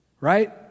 right